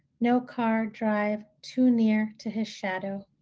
no car drive too near to his shadow.